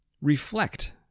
reflect